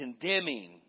condemning